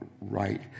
right